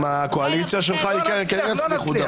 עם הקואליציה שלך הם כן יצליחו.